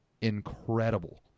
incredible